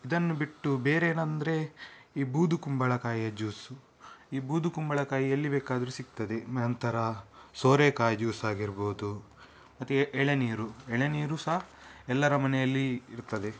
ಇದನ್ನು ಬಿಟ್ಟು ಬೇರೇನಂದರೆ ಈ ಬೂದು ಕುಂಬಳಕಾಯಿಯ ಜ್ಯೂಸು ಈ ಬೂದು ಕುಂಬಳಕಾಯಿ ಎಲ್ಲಿ ಬೇಕಾದರು ಸಿಗ್ತದೆ ನಂತರ ಸೋರೆಕಾಯಿ ಜ್ಯೂಸ್ ಆಗಿರ್ಬೋದು ಮತ್ತೆ ಎಳನೀರು ಎಳನೀರು ಸಹ ಎಲ್ಲರ ಮನೆಯಲ್ಲಿ ಇರ್ತದೆ